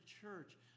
church